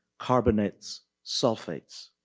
carbonates, sulfates.